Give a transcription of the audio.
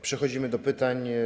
Przechodzimy do pytań.